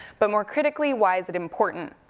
but more critically, why is it important?